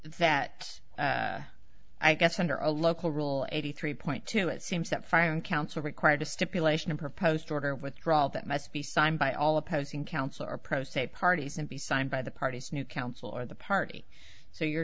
that i guess under a local rule eighty three point two it seems that fine counsel required a stipulation of proposed order withdrawal that must be signed by all opposing counsel or press a parties and be signed by the parties new council or the party so you're